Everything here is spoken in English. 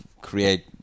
create